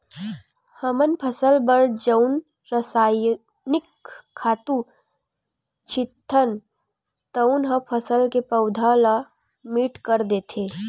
हमन फसल बर जउन रसायनिक खातू छितथन तउन ह फसल के पउधा ल मीठ कर देथे